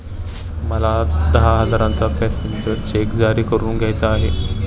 मला दहा हजारांचा पॅसेंजर चेक जारी करून घ्यायचा आहे